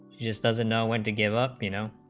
just doesn't know when to give up you know